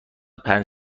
پنج